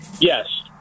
Yes